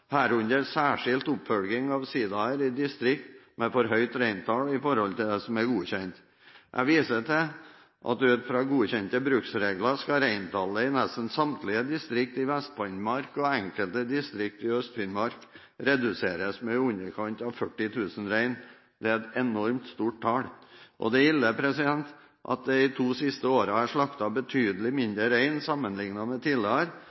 herunder særskilt oppfølging av sidaer i distrikter med for høyt reintall i forhold til det som er godkjent. Jeg viser til at ut fra godkjente bruksregler skal reintallet i nesten samtlige distrikter i Vest-Finnmark og i enkelte distrikter i Øst-Finnmark reduseres med i underkant av 40 000 rein. Det er et enormt stort tall, og det er ille at det de to siste årene er slaktet betydelig færre rein sammenlignet med tidligere